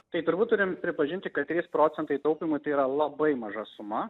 tai turbūt turim pripažinti kad trys procentai taupymui tai yra labai maža suma